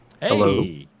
hello